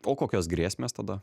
o kokios grėsmės tada